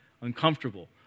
uncomfortable